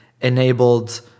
enabled